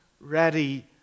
ready